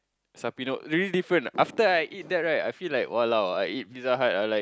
Sarpino really different after I eat that right I feel like !walao! I eat Pizza-Hut ah like